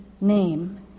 name